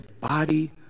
body